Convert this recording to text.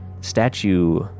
Statue